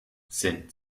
sind